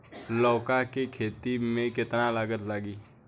लौका के खेती में केतना लागत लागी?